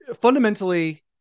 fundamentally